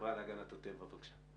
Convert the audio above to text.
מהחברה להגנת הטבע.